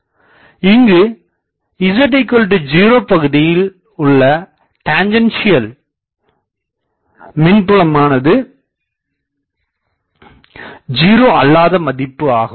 இங்கு z0 பகுதியில் tangential மின்புலமானது 0 அல்லாத மதிப்பாகும்